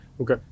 Okay